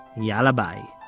yalla bye